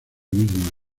mismo